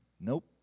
Nope